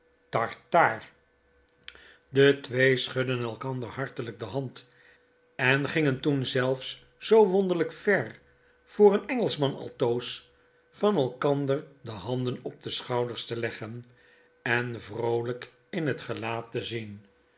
tartaar de twee schudden elkander hartelgk de hand en gingen toen zelfs zoo wonderlijk ver voor een engelschman altoos van elkander de handen op de schouders te leggen en vroolijk in het gelaat te zien